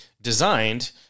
designed